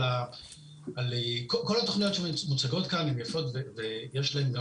כל התכניות שמוצגות כאן יפות ויש להן גם